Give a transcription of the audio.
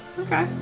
Okay